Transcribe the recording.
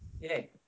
Yay